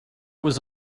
was